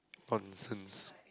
nonsense